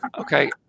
Okay